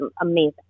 amazing